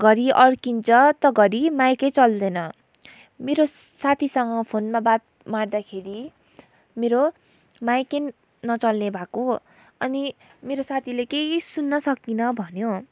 घरि अड्किन्छ त घरि माइकै चल्दैन मेरो साथीसँग फोनमा बात मार्दाखेरि मेरो माइकै नचल्ने भएको अनि मेरो साथीले केही सुन्न सकिनँ भन्यो